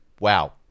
Wow